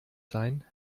sein